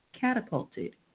catapulted